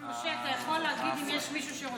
אתה יכול להגיד אם יש מישהו שרוצה.